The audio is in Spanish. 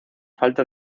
falta